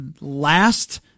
last